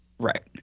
Right